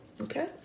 Okay